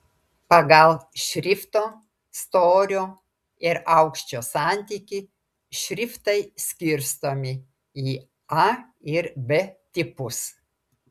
pagal šrifto storio ir aukščio santykį šriftai skirstomi į a ir b tipus